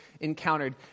encountered